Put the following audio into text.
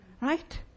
right